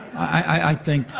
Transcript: i think,